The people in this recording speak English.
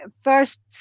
first